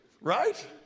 right